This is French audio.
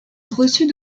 reçut